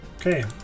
Okay